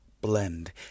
Blend